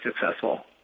successful